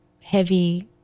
heavy